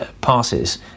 passes